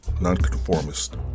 nonconformist